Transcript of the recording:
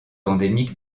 endémique